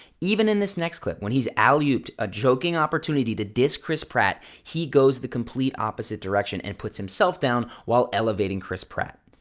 even in this next clip, when he's allude a joking opportunity to tease chris pratt, he goes the complete opposite direction and puts himself down while elevating chris pratt.